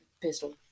pistol